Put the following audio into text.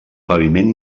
paviment